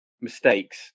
mistakes